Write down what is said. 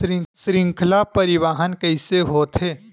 श्रृंखला परिवाहन कइसे होथे?